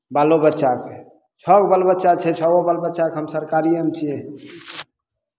बालो बच्चाकेँ छओ गो बाल बच्चा छै छओ बाल बच्चाकेँ हम सरकारिएमे छियै